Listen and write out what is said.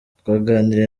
twaganiriye